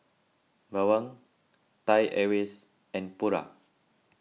Bawang Thai Airways and Pura